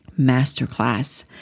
masterclass